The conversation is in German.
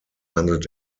handelt